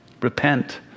Repent